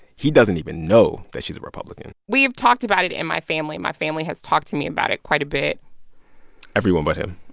he doesn't even know that she's a republican we've talked about it in my family. my family has talked to me about it quite a bit everyone but him